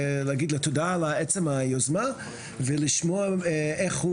להגיד לו תודה על עצם היוזמה ולשמוע איך הוא